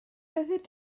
oeddet